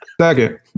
Second